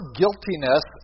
guiltiness